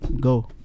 go